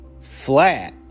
flat